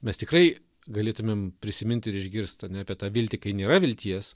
mes tikrai galėtumėm prisimint ir išgirst ane apie tą viltį kai nėra vilties